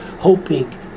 hoping